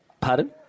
Pardon